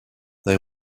they